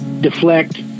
deflect